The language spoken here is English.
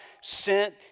sent